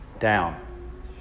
down